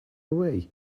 away